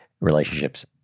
relationships